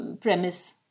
premise